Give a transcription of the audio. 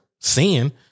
sin